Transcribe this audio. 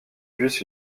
bus